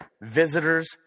visitors